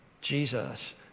Jesus